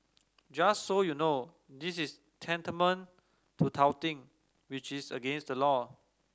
just so you know this is tantamount to touting which is against the law